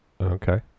Okay